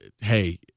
hey